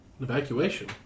evacuation